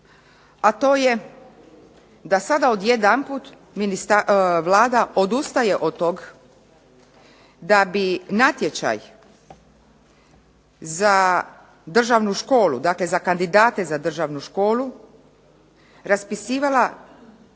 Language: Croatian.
a to je da sada odjedanput Vlada odustaje od tog da bi natječaj za državnu školu, dakle za kandidate za državnu školu raspisivala